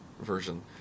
version